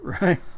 Right